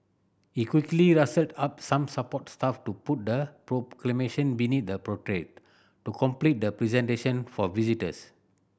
he quickly rustled up some support staff to put the Proclamation beneath the portrait to complete the presentation for visitors